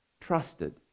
trusted